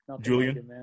Julian